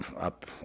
up